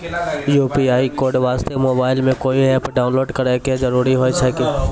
UPI code वास्ते mobile मे कोय एप्प डाउनलोड करे के जरूरी होय छै की?